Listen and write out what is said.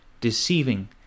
deceiving